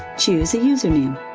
choose a username.